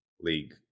league